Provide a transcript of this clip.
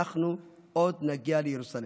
אנחנו עוד נגיע לירוסלם.